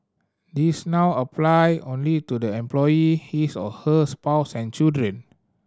this now apply only to the employee his or her spouse and children